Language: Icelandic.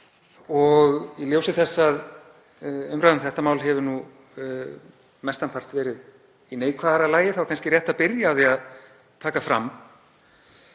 Í ljósi þess að umræða um þetta mál hefur mestan part verið í neikvæðara lagi þá er kannski rétt að byrja á því að taka fram,